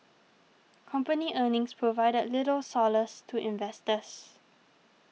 company earnings provided little solace to investors